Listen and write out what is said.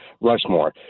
Rushmore